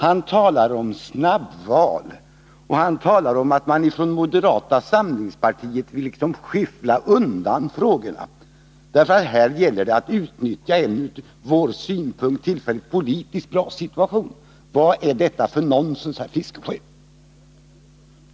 Han talar om snabbval och menar att man från moderata samlingspartiet vill liksom skyffla undan frågorna, eftersom det här skulle gälla att utnyttja en från vår synpunkt tillfälligt fördelaktig politisk situation. Vad är detta för nonsens, herr Fiskesjö?